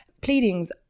Pleadings